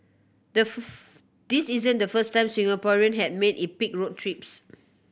the this isn't the first time Singaporeans had made epic road trips